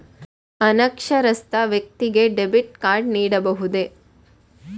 ಅನಕ್ಷರಸ್ಥ ವ್ಯಕ್ತಿಗೆ debit card ನೀಡಬಹುದೇ?